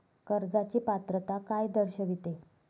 कर्जाची पात्रता काय दर्शविते?